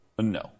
no